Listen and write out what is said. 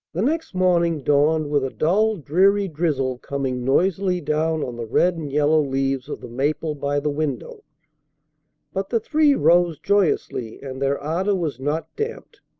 the next morning dawned with a dull, dreary drizzle coming noisily down on the red and yellow leaves of the maple by the window but the three rose joyously and their ardor was not damped.